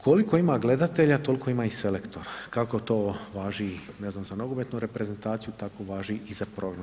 Koliko ima gledatelja, toliko ima i selektora, kako to važi, ne znam, za nogometnu reprezentaciju, tako važi i za program.